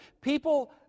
people